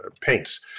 paints